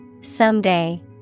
Someday